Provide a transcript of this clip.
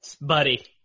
Buddy